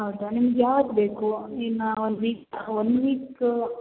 ಹೌದಾ ನಿಮ್ಗೆ ಯಾವತ್ತು ಬೇಕು ಇನ್ನೂ ಒನ್ ವೀಕ್ ಒನ್ ವೀಕ್